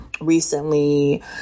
recently